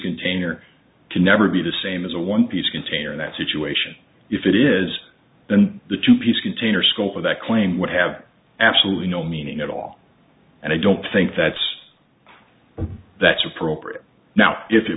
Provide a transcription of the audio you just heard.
container can never be the same as a one piece container in that situation if it is then the two piece container skull for that claim would have absolutely no meaning at all and i don't think that's that's appropriate now if it